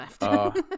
left